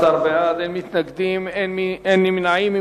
בעד, 14, אין מתנגדים, אין נמנעים.